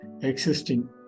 existing